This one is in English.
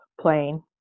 plane